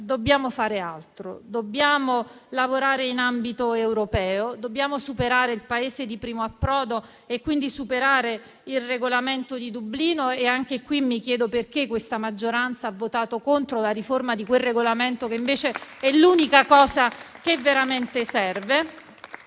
dobbiamo fare altro: dobbiamo lavorare in ambito europeo e superare il Paese di primo approdo e, quindi, il Regolamento di Dublino. Anche qui mi chiedo perché questa maggioranza ha votato contro la riforma di quel Regolamento che, invece, è l'unica cosa che veramente serve.